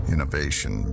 Innovation